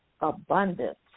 abundance